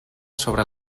sobre